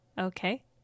Okay